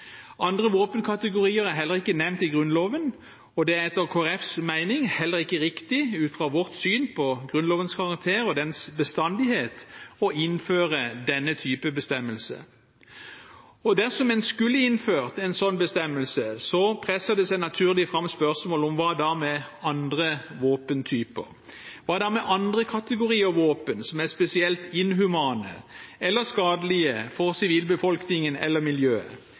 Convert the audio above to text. Andre våpenkategorier er heller ikke nevnt i Grunnloven, og det er etter Kristelig Folkepartis mening heller ikke riktig – ut fra vårt syn på Grunnlovens karakter og dens bestandighet – å innføre denne typen bestemmelse. Dersom en skulle innført en slik bestemmelse, presser det seg naturlig fram spørsmål om andre våpentyper. Hva da med andre kategorier våpen som er spesielt inhumane eller skadelige for sivilbefolkningen eller miljøet?